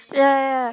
ya ya ya